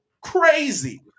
crazy